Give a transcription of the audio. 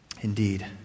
Indeed